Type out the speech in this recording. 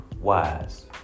wise